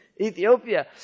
Ethiopia